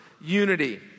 unity